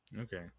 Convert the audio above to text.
Okay